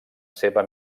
seva